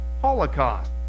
holocaust